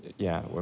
yeah.